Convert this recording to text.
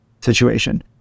situation